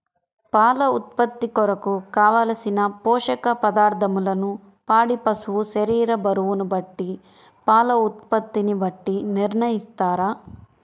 పాల ఉత్పత్తి కొరకు, కావలసిన పోషక పదార్ధములను పాడి పశువు శరీర బరువును బట్టి పాల ఉత్పత్తిని బట్టి నిర్ణయిస్తారా?